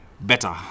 better